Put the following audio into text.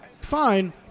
Fine